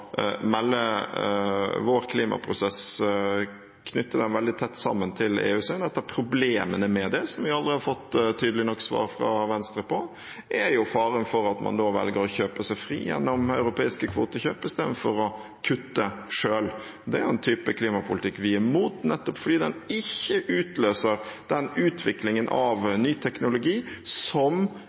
vår klimaprosess veldig tett sammen til EUs. Problemene med det, som vi aldri har fått tydelig nok svar fra Venstre på, er faren for at man da velger å kjøpe seg fri gjennom europeiske kvotekjøp i stedet for å kutte selv. Det er en type klimapolitikk vi er imot, nettopp fordi den ikke utløser den utviklingen av ny teknologi som